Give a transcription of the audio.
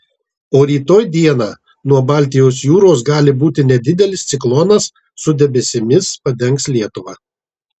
o rytoj dieną nuo baltijos jūros gali būti nedidelis ciklonas su debesimis padengs lietuvą